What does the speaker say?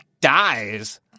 dies